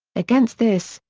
against this,